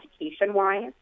education-wise